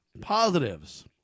positives